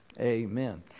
Amen